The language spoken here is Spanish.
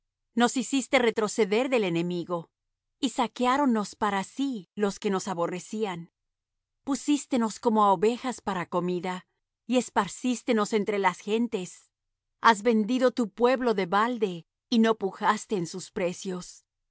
nos hiciste retroceder del enemigo y saqueáron nos para sí los que nos aborrecían pusístenos como á ovejas para comida y esparcístenos entre las gentes has vendido tu pueblo de balde y no pujaste en sus precios